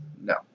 No